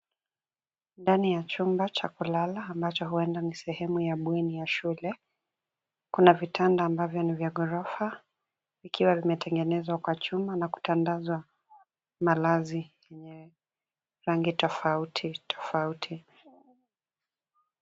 Ndani ya chumba cha kulala ambacho huenda ni sehemu ya bweni ya shule. Kuna vitanda ambavyo ni vya ghorofa vikiwa vimetengenezwa kwa chuma na kutandazwa malazi yenye rangi tofauti tofauti.